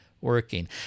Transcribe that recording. working